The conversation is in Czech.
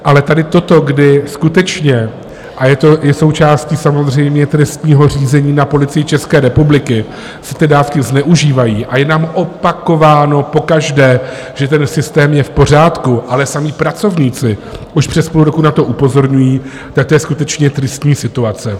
Ale tady toto, kdy skutečně a je to i součástí samozřejmě trestního řízení na Policii České republiky že ty dávky zneužívají, a je nám opakováno pokaždé, že ten systém je v pořádku, ale sami pracovníci už přes půl roku na to upozorňují, tak to je skutečně tristní situace.